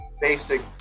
basic